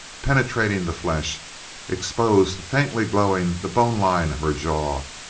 penetrating the flesh exposed, faintly glowing, the bone line of her jaw.